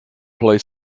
play